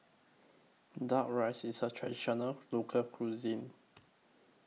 Duck Rice IS A Traditional Local Cuisine